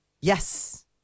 Yes